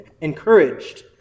encouraged